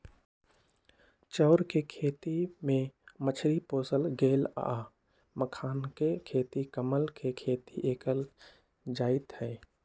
चौर कें खेती में मछरी पोशल गेल आ मखानाके खेती कमल के खेती कएल जाइत हइ